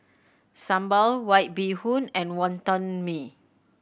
sambal White Bee Hoon and Wonton Mee